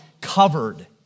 covered